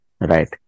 Right